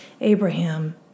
Abraham